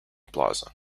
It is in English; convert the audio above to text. plaza